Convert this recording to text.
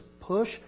push